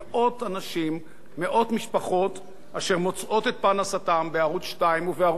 מאות משפחות אשר מוצאות את פרנסתן בערוץ-2 ובערוץ-10 ובהפקות שלו,